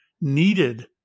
needed